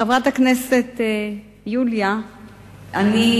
חברת הכנסת יוליה שמאלוב,